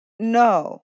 No